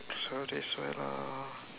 so that's way lah